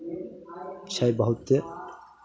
छै बहुते